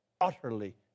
utterly